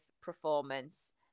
Performance